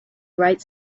bright